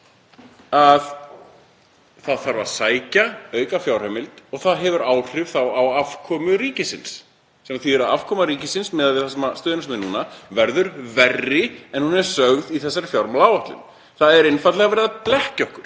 það þarf að sækja aukafjárheimild og það hefur áhrif á afkomu ríkisins. Það þýðir að afkoma ríkisins, miðað við það sem stuðst er við núna, verður verri en hún er sögð í þessari fjármálaáætlun. Það er einfaldlega verið að blekkja okkur.